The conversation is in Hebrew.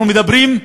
אנחנו מדברים,